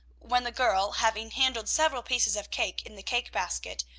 when the girl, having handled several pieces of cake in the cake-basket,